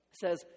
says